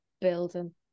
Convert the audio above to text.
building